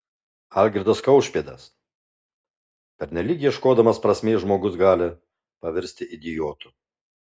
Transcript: algirdas kaušpėdas pernelyg ieškodamas prasmės žmogus gali pavirsti idiotu